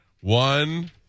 One